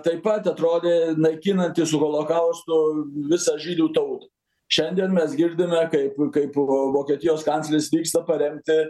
taip pat atrodė naikinantis holokausto visą žydų tautą šiandien mes girdime kaip kaip vo vokietijos kancleris vyksta paremti